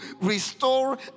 restore